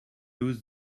lose